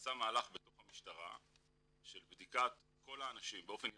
נעשה מהלך בתוך המשטרה של בדיקת כל האנשים באופן יזום,